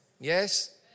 Yes